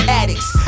addicts